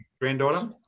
granddaughter